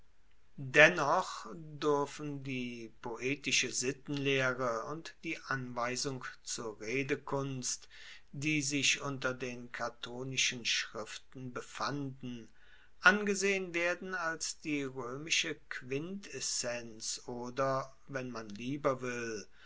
dennoch duerfen die poetische sittenlehre und die anweisung zur redekunst die sich unter den catonischen schriften befanden angesehen werden als die roemische quintessenz oder wenn man lieber will